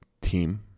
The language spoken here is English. team